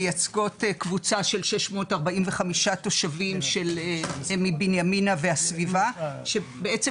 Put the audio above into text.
מייצגות קבוצה של 645 תושבים מבנימינה והסביבה שבעצם